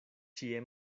ĉie